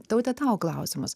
taute tau klausimas